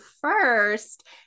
first